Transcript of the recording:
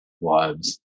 lives